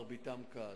מרביתם קל.